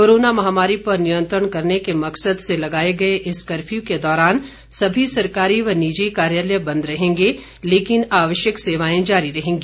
corona महामारी पर नियंत्रण करने के मकसद से लगाए जा रहे इस कर्फ्यू के दौरान सभी सरकारी व निजी कार्यालय बंद रहेंगे लेकिन आवश्यक सेवाएं जारी रहेंगी